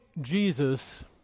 Jesus